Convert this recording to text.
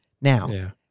Now